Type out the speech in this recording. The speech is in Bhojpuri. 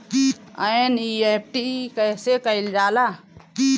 एन.ई.एफ.टी कइसे कइल जाला?